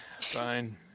Fine